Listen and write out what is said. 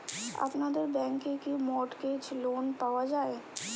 আপনাদের ব্যাংকে কি মর্টগেজ লোন পাওয়া যায়?